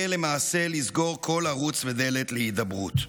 ולמעשה לסגור כל ערוץ ודלת להידברות.